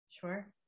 Sure